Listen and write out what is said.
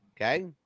Okay